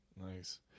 Nice